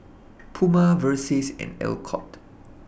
Puma Versace and Alcott